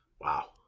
Wow